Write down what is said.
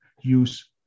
use